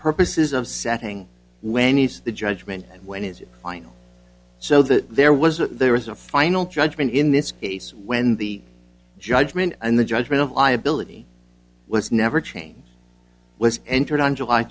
purposes of setting lanny's the judgement and when his final so that there was a there was a final judgment in this case when the judgment and the judgment of liability was never changed with entered on july